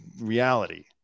reality